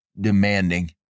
demanding